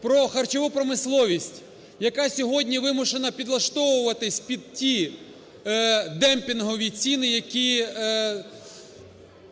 про харчову промисловість, яка сьогодні вимушена підлаштовуватись під ті демпінгові ціни, які